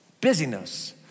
busyness